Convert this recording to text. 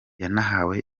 yanahawe